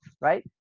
right